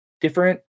different